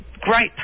great